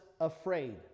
afraid